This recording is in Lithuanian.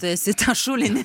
tu esi tą šulinį